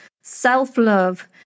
self-love